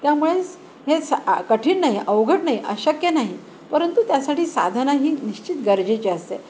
त्यामुळेच हे सा आ कठीण नाही अवघड नाही अशक्य नाही परंतु त्यासाठी साधना ही निश्चित गरजेचे असते